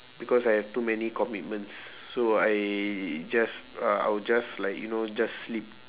because I have too many commitments so I just uh I will just like you know just sleep